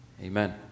Amen